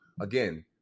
again